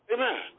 Amen